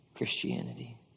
Christianity